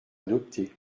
adoptés